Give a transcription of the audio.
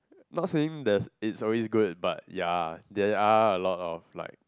not saying there's always good but ya there are a lot of like